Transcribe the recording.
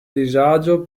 disagio